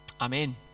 Amen